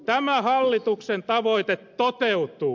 tämä hallituksen tavoite toteutuu